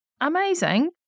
Amazing